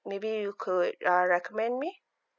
maybe you could uh recommend me